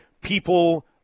people